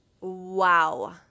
Wow